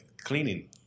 cleaning